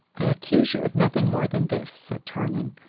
i accuse you of nothing more than this, said tarling,